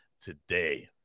today